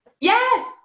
Yes